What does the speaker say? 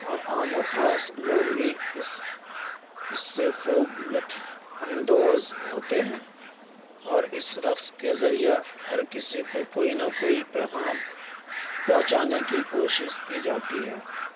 اور عام و خاص لوگ بھی اس اس سے خوب لطف اندوز ہوتے ہیں اور اس رقص کے ذریعہ ہر کسی کو کوئی نہ کوئی پیغام پہنچانے کی کوشش کی جاتی ہے